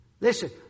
listen